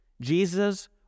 Jesus